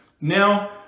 Now